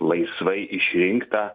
laisvai išrinktą